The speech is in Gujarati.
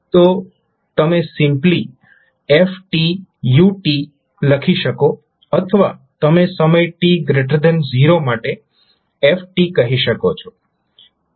તો તમે સિમ્પલી f u લખી શકો અથવા તમે સમય t0 માટે f કહી શકો છો